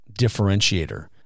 differentiator